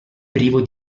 privo